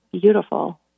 beautiful